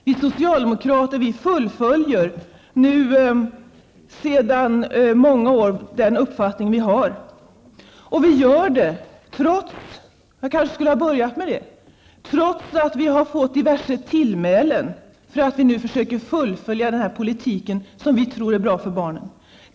Vi socialdemokrater fullföljer nu den uppfattning som vi har sedan många år tillbaka, trots att vi -- jag kanske skulle ha börjat med att säga det -- fått diverse tillmälen för att vi nu försöker fullfölja den politiken, som vi tror är bra för barnen.